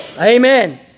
Amen